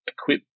equip